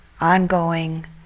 ongoing